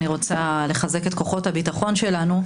אני רוצה לחזק את כוחות הביטחון שלנו.